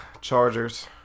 Chargers